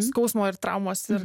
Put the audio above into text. skausmo ir traumos ir